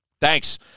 Thanks